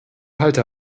halte